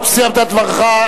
אף-על-פי שסיימת את דברך,